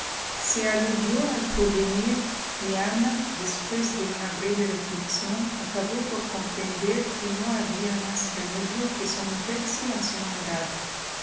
se aludió al porvenir y ana después de una breve reflexión acabó por comprender que no había más remedio que someterse a su